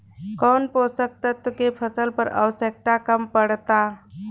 कौन पोषक तत्व के फसल पर आवशयक्ता कम पड़ता?